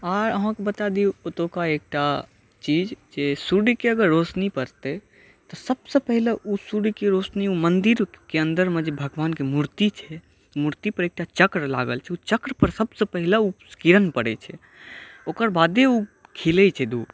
आर अहाँके बता दी ओतौका एकटा चीज जे सूर्य के अगर रोशनी पड़तै तऽ सबसऽ पहिने ओ सूर्य के रोशनी ओ मन्दिर के अन्दरमे जे भगवानके मूर्ती छै मूर्तीपर एकटा चक्र लागल छै ओ चक्रपर सबसऽ पहिले ओ किरण पड़ै छै ओकर बादे ओ खिलै छै ओ धूप